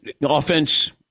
offense